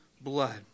blood